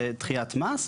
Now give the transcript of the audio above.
זה דחיית מס,